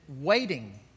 waiting